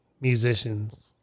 musicians